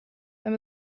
sein